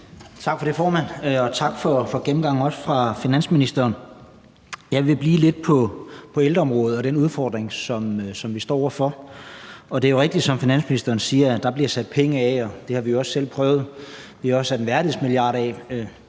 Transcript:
Tak for det, formand. Og også tak til finansministeren for gennemgangen. Jeg vil blive lidt på ældreområdet og den udfordring, som vi står over for. Det er jo rigtigt, som finansministeren siger, at der bliver sat penge af, og det har vi også selv prøvet; vi har også sat en værdighedsmilliard af,